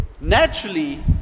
naturally